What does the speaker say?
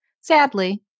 sadly